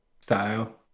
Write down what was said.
style